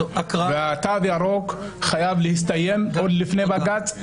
התו הירוק חייב להסתיים עוד לפני בג"ץ.